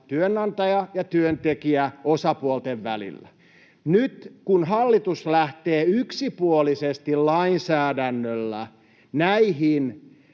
työnantaja- ja työntekijäosapuolten välillä. Nyt kun hallitus lähtee yksipuolisesti lainsäädännöllä